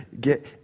get